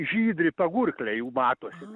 žydri pagurkliai jų matosi